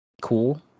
Cool